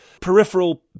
peripheral